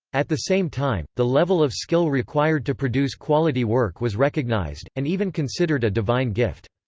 at the same time, the level of skill required to produce quality work was recognized, and even considered a divine gift.